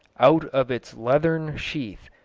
out of its leathern sheath,